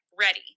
ready